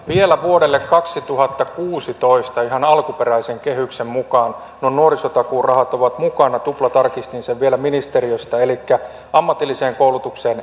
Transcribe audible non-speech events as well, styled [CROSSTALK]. vielä vuodelle kaksituhattakuusitoista ihan alkuperäisen kehyksen mukaan nuo nuorisotakuurahat ovat mukana tuplatarkistin sen vielä ministeriöstä elikkä ammatilliseen koulutukseen [UNINTELLIGIBLE]